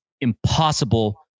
impossible